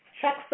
check